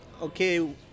okay